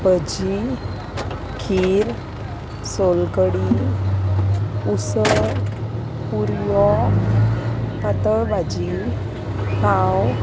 भजीं खीर सोलकडी उसळ पुरयो पातळ भाजी पांव